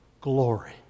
glory